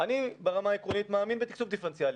אני ברמה עקרונית מאמין בתקצוב דיפרנציאלי.